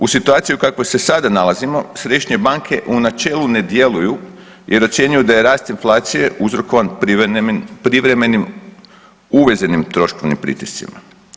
U situaciji u kakvoj se sada nalazimo središnje banke u načelu ne djeluju jer ocjenjuju da je rast inflacije uzrokovan privremenim uvezenim troškovnim pritiscima.